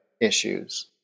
issues